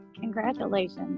Congratulations